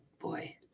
boy